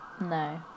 no